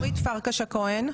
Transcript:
אורית פרקש הכהן.